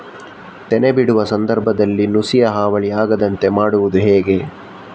ತೆನೆ ಬಿಡುವ ಸಂದರ್ಭದಲ್ಲಿ ನುಸಿಯ ಹಾವಳಿ ಆಗದಂತೆ ಮಾಡುವುದು ಹೇಗೆ?